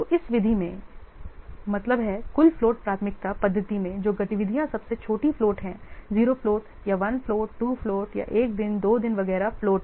तो इस विधि में इसका मतलब है कुल फ्लोट प्राथमिकता पद्धति में जो गतिविधियाँ सबसे छोटी फ्लोट हैं 0 फ्लोट या 1 फ्लोट 2 फ्लोट या 1 दिन 2 दिन वगैरह फ्लोट